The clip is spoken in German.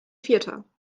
vierter